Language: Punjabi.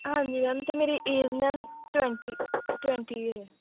ਹਾਂਜੀ ਮੈਮ ਅਤੇ ਮੇਰੀ age ma'am twenty twenty year ਹੈ